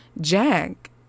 Jack